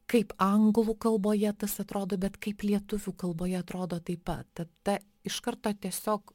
kaip anglų kalboje tas atrodo bet kaip lietuvių kalboje atrodo taip pat ta ta iš karto tiesiog